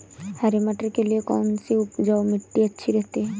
हरे मटर के लिए कौन सी उपजाऊ मिट्टी अच्छी रहती है?